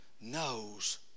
knows